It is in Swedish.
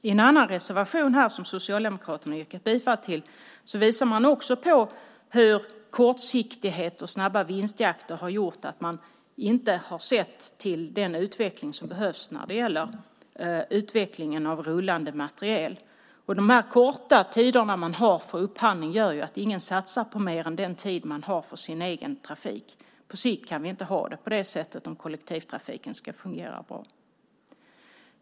I en annan reservation som Socialdemokraterna har yrkat bifall till visar man också på hur kortsiktighet och snabb vinstjakt har gjort att man inte har sett till den utveckling som behövs när det gäller rullande material. De korta tider man har för upphandling gör att ingen satsar på mer än den tid man har för sin egen trafik. På sikt kan vi inte ha det så om kollektivtrafiken ska fungera bra.